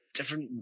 different